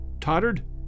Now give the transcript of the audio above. tottered